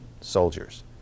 soldiers